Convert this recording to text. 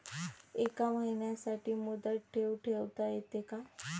एका महिन्यासाठी मुदत ठेव ठेवता येते का?